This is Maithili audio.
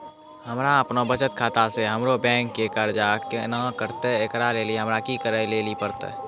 हमरा आपनौ बचत खाता से हमरौ बैंक के कर्जा केना कटतै ऐकरा लेली हमरा कि करै लेली परतै?